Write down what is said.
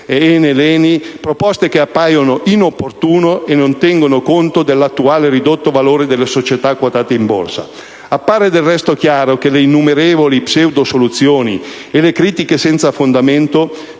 e così via), proposte che appaiono inopportune e non tengono conto dell'attuale ridotto valore delle società quotate in borsa. Appare del resto chiaro che le innumerevoli pseudosoluzioni e le critiche senza fondamento